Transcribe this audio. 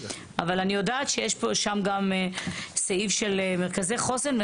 אבל אני יודעת שיש שם גם סעיף של מרכזי חוסן.